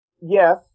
yes